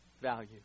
value